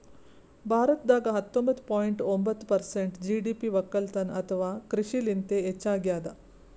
ಭಾರತದಾಗ್ ಹತ್ತೊಂಬತ್ತ ಪಾಯಿಂಟ್ ಒಂಬತ್ತ್ ಪರ್ಸೆಂಟ್ ಜಿ.ಡಿ.ಪಿ ವಕ್ಕಲತನ್ ಅಥವಾ ಕೃಷಿಲಿಂತೆ ಹೆಚ್ಚಾಗ್ಯಾದ